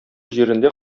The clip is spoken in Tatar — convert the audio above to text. җирендә